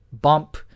bump